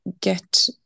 get